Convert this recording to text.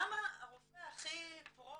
למה הרופא הכי פרו,